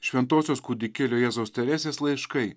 šventosios kūdikėlio jėzaus teresės laiškai